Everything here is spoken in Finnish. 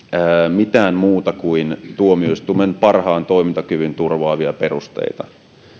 mitään muuta kuin tuomioistuimen parhaan toimintakyvyn turvaavia perusteita